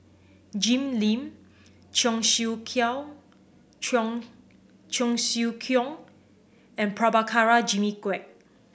Jim Lim Cheong Siew Cheong Cheong Siew Keong and Prabhakara Jimmy Quek